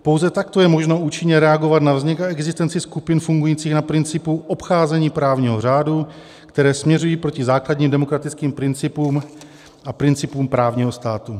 Pouze takto je možno účinně reagovat na vznik a existenci skupin fungujících na principu obcházení právního řádu, které směřují proti základním demokratickým principům a principům právního státu.